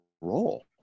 role